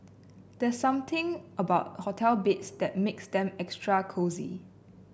there's something about hotel beds that makes them extra cosy